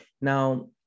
now